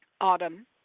Autumn